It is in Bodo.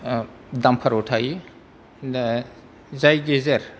दाम्पार आव थायो दा जाय गेजेर